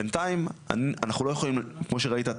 בינתיים אנחנו לא יכולים כמו שראית,